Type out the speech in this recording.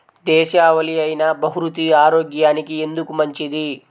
దేశవాలి అయినా బహ్రూతి ఆరోగ్యానికి ఎందుకు మంచిది?